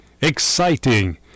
exciting